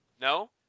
No